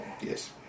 Yes